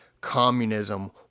communism